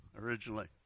originally